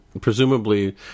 presumably